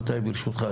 ברשותך,